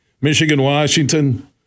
Michigan-Washington